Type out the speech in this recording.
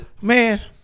Man